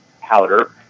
powder